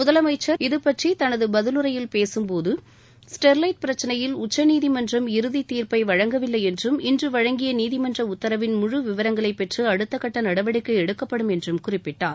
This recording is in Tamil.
முதலமைச்சர் இதுபற்றி தனது பதிலுரையில் பேசும்போது ஸ்டெர்வைட் பிரச்சினையில் உச்சநீதிமன்றம் இறுதி தீர்ப்பை வழங்கவில்லை என்றும் இன்று வழங்கிய நீதிமன்ற உத்தரவின் முழு விவரங்களை பெற்று அடுத்தக்கட்ட நடவடிக்கை எடுக்கப்படும் என்றும் குறிப்பிட்டார்